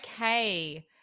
Okay